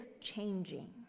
changing